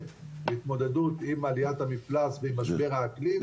להתמודד עם עליית המפלס ועם משבר האקלים,